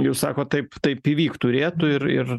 jūs sakot taip taip įvykt turėtų ir ir